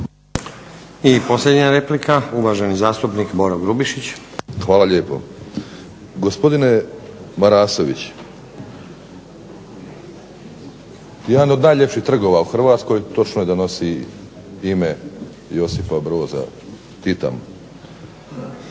I posljednja replika, uvaženi zastupnik Boro Grubišić. Hvala lijepo. **Grubišić, Boro (HDSSB)** Gospodine Marasović, jedan od najljepših trgova u Hrvatskoj točno je da nosi ime Josipa Broza Tita,